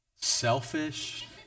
selfish